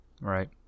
Right